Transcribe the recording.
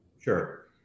Sure